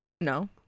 no